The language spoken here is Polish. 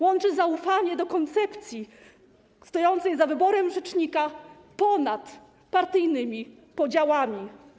Łączy ich zaufanie do koncepcji stojących za wyborem rzecznika ponad partyjnymi podziałami.